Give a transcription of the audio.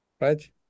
right